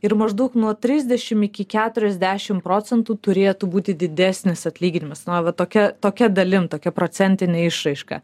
ir maždaug nuo trisdešimt iki keturiasdešimt procentų turėtų būti didesnis atlyginimas na va tokia tokia dalim tokia procentine išraiška